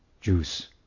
juice